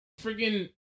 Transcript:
freaking